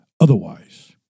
otherwise